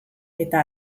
eta